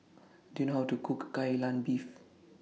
Do YOU know How to Cook Kai Lan Beef